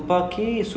oh really